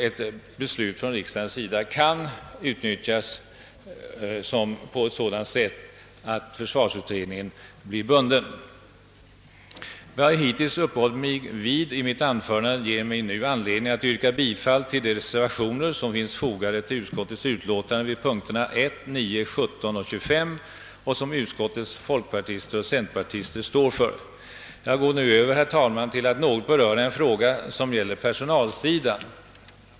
Ett beslut från riksdagens sida kan utnyttjas så att försvarsutredningen blir bunden. Vad jag hittills uppehållit mig vid i mitt anförande ger mig motivering för att yrka bifall till de reservationer, som finns fogade till utskottets utlåtande vid punkterna 1, 9, 17 och 25 och som utskottets folkpartister och centerpartister avgivit. Jag återkommer därtill under berörda punkter. Jag går nu över, herr talman, till att något beröra en fråga som gäller personalsidan.